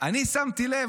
אני שמתי לב,